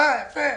יפה.